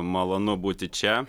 malonu būti čia